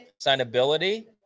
signability